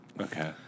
Okay